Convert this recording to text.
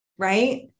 right